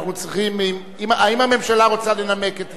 האם הממשלה רוצה לנמק את הסתייגותה?